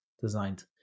designed